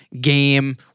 game